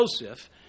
Joseph